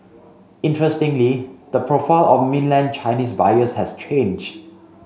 interestingly the profile of mainland Chinese buyers has changed